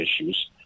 issues